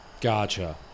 Gotcha